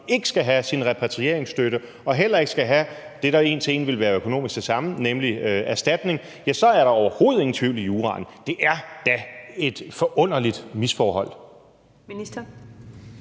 ikke skal have sin repatrieringsstøtte og heller ikke skal have det, der en til en ville være økonomisk det samme, nemlig erstatning, ja, så er der overhovedet ingen tvivl i juraen. Det er da et forunderligt misforhold. Kl.